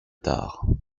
tard